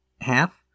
half